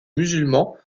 musulmans